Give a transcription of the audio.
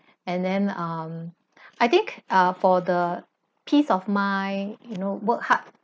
and then um I think uh for the peace of mind you know work hard